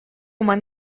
man